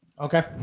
Okay